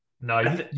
No